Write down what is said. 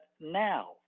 now